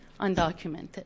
undocumented